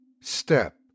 Step